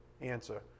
answer